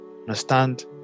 understand